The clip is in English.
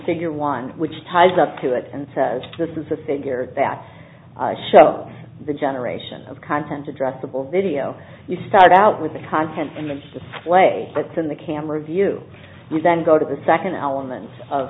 figure one which ties up to it and says this is a figure that show the generation of content addressable video you start out with the content in the display that's in the camera view you then go to the second element of